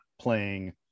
playing